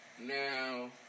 now